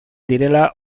direla